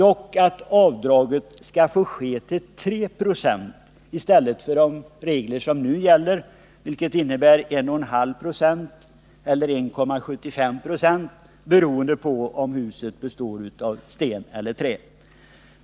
Avdrag skall dock få göras med 3 96 i stället för enligt nu gällande regler 1,5 eller 1,75 96, beroende på om huset består av sten eller trä.